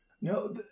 no